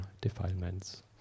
defilements